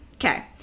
Okay